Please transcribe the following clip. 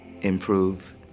improve